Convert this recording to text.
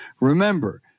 Remember